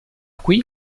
qui